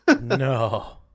No